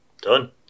done